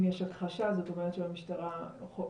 אם יש הכחשה זאת אומרת שהמשטרה אומרת